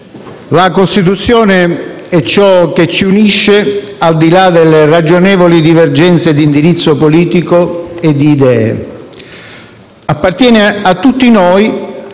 la Costituzione è ciò che ci unisce, al di là delle ragionevoli divergenze di indirizzo politico e di idee, appartiene a tutti noi